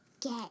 get